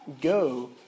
Go